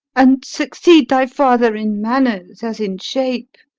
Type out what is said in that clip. and succeed thy father in manners, as in shape!